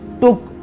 took